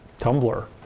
tumblr.